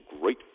great